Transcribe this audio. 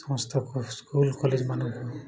ସମସ୍ତଙ୍କୁ ସ୍କୁଲ କଲେଜମାନଙ୍କୁ